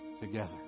together